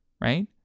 right